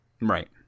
right